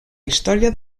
història